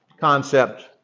concept